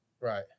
right